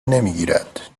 نمیگیرد